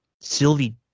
Sylvie